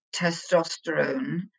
testosterone